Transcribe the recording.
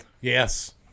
Yes